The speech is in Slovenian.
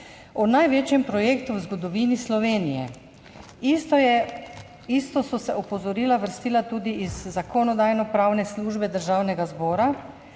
o največjem projektu v zgodovini Slovenije. Isto so se opozorila vrstila tudi iz zakonodajno-pravne službe Državnega zbora,